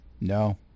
No